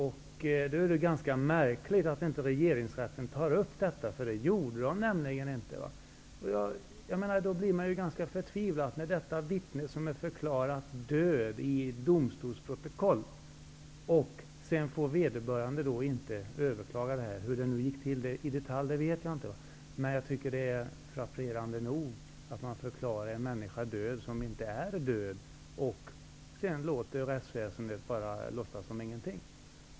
Då är det ganska märkligt att regeringsrätten inte tog upp fallet, för det gjorde den nämligen inte. Då blir man ganska förtvivlad. Ett vittne, som i ett domstolsprotokoll har förklarats dött, lever och kan vittna, men vederbörande får inte överklaga. Hur det gick till i detalj vet jag inte, men jag tycker att det är frapperande nog att man förklarar en människa död som inte är död och att rättsväsendet sedan bara låtsas som ingenting.